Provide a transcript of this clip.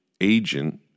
agent